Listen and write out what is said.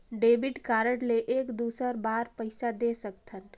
Debit card ले एक दुसर बार पइसा दे सकथन?